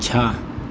छः